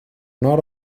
not